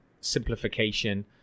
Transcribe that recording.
simplification